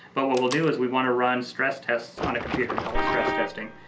but what we'll do is we want to run stress tests on a computer, we call it stress testing,